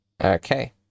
okay